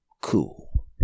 Cool